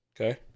Okay